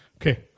Okay